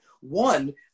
One